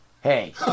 hey